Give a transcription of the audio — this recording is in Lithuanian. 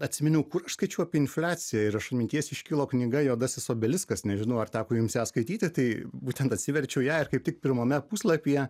atsiminiau kaip skaičiuoti infliaciją ir aš atminties iškilo knyga juodasis obeliskas nežinau ar teko jums ją skaityti būtent atsiverčiau ją ir kaip tik pirmame puslapyje